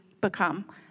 become